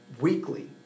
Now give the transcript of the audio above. weekly